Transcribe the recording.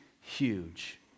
huge